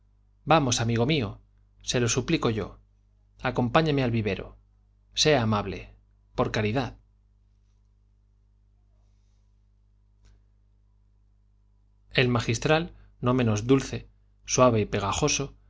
vamos amigo mío se lo suplico yo acompáñeme al vivero sea amable por caridad el magistral no menos dulce suave y pegajoso